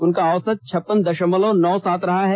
उनका औसत छप्पन दशमलव नौ सात रहा है